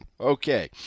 Okay